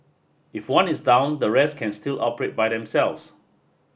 if one is down the rest can still operate by themselves